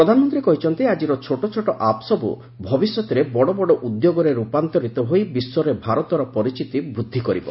ପ୍ରଧାନମନ୍ତ୍ରୀ କହିଛନ୍ତି ଆଜିର ଛୋଟଛୋଟ ଆପ୍ ସବୁ ଭବିଷ୍ୟତରେ ବଡ ବଡ ଉଦ୍ୟୋଗରେ ରୂପାନ୍ତରିତ ହୋଇ ବିଶ୍ୱରେ ଭାରତର ପରିଚିତି ବୃଦ୍ଧି କରିବ